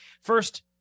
first-